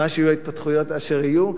ויהיו ההתפתחויות אשר יהיו,